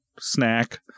snack